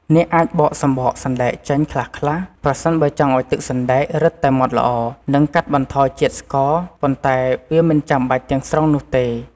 អ្នកអាចបកសម្បកសណ្តែកចេញខ្លះៗ ប្រសិនបើចង់ឱ្យទឹកសណ្ដែករឹតតែម៉ដ្ឋល្អ និងកាត់បន្ថយជាតិស្ករ ប៉ុន្តែវាមិនចាំបាច់ទាំងស្រុងនោះទេ។